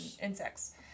insects